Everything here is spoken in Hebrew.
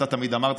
אתה תמיד אמרת,